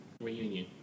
reunion